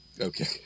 Okay